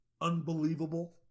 unbelievable